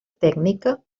tècnica